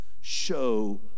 show